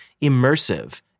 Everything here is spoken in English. immersive